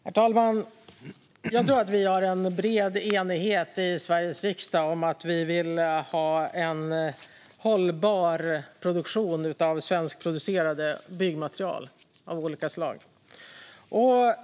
Herr talman! Jag tror att vi har en bred enighet i Sveriges riksdag om att vi vill ha en hållbar produktion av svenskproducerade byggmaterial av olika slag.